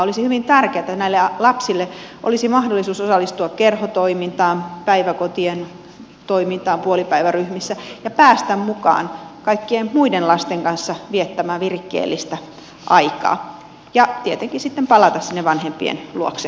olisi hyvin tärkeätä näille lapsille että olisi mahdollisuus osallistua kerhotoimintaan päiväkotien toimintaan puolipäiväryhmissä ja päästä mukaan kaikkien muiden lasten kanssa viettämään virikkeellistä aikaa ja tietenkin sitten palata vanhempien luokse